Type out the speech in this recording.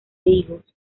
higos